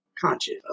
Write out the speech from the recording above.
conscious